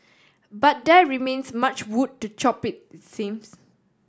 but there remains much wood to chop it seems